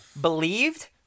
Believed